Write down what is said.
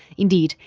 indeed,